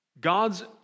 God's